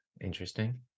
Interesting